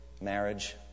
Marriage